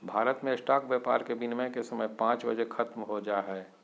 भारत मे स्टॉक व्यापार के विनियम के समय पांच बजे ख़त्म हो जा हय